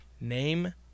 Name